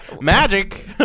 Magic